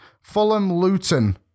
Fulham-Luton